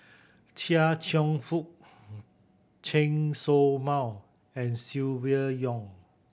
Chia Cheong Fook Chen Show Mao and Silvia Yong